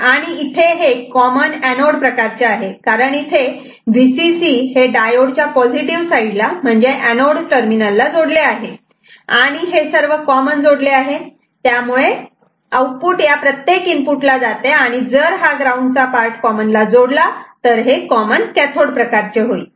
आणि इथे हे कॉमन एनोड प्रकारचे आहे कारण इथे Vcc हे डायोड च्या पॉझिटिव साईडला म्हणजे एनोड टर्मिनलला जोडले आहे आणि हे सर्व कॉमन जोडले आहे त्यामुळे आउटपुट ह्या प्रत्येक इनपुटला जाते आणि जर हा ग्राउंड चा पार्ट कॉमन जोडला तर हे कॉमन कॅथोड प्रकारचे होईल